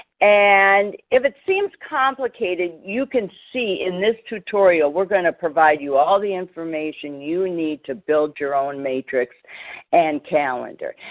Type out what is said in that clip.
and if it's seems complicated, you can see in this tutorial we are going to provide you all the information you need to build your own matrix and calendar.